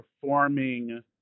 performing